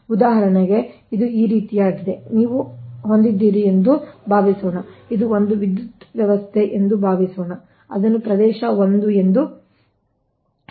ಉದಾಹರಣೆಗೆ ಇದು ಈ ರೀತಿಯದ್ದಾಗಿದೆ ನೀವು ಹೊಂದಿದ್ದೀರಿ ಎಂದು ಭಾವಿಸೋಣ ಇದು ಒಂದು ವಿದ್ಯುತ್ ವ್ಯವಸ್ಥೆ ಎಂದು ಭಾವಿಸೋಣ ಪ್ರದೇಶ 1 ಎಂದು ಹೇಳಿ